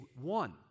one